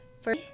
for-